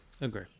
Agree